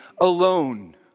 alone